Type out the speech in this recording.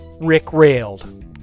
Rick-railed